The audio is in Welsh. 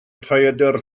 rhaeadr